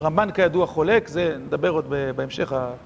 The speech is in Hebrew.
רמבן, כידוע, חולק, זה נדבר עוד בהמשך ה...